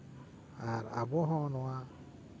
ᱟᱨ ᱟᱵᱚ ᱦᱚᱸ ᱱᱚᱣᱟ